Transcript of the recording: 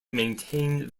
maintain